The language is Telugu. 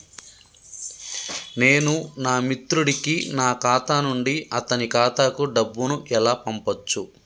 నేను నా మిత్రుడి కి నా ఖాతా నుండి అతని ఖాతా కు డబ్బు ను ఎలా పంపచ్చు?